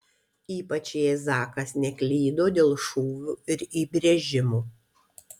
ypač jei zakas neklydo dėl šūvių ir įbrėžimų